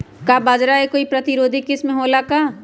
का बाजरा के कोई प्रतिरोधी किस्म हो ला का?